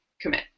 commit